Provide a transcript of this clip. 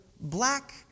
black